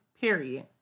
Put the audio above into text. Period